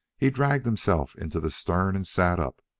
he dragged himself into the stern and sat up.